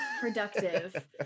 productive